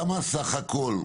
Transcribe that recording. מה הסך הכל,